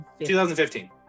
2015